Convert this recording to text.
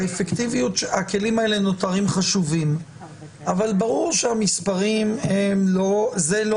הכלים האלה נותרים חשובים אבל ברור שהמספרים זה לא